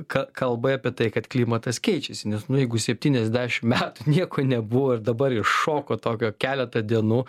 ką kalba apie tai kad klimatas keičiasi nes nu jeigu jis septyniasdešim metų nieko nebuvo ir dabar iššoko tokio keletą dienų